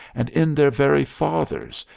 and in their very fathers,